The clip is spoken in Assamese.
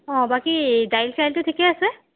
অঁ বাকী দাইল চাইলটো ঠিকে আছে